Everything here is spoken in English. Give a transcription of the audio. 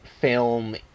film